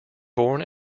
born